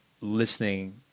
listening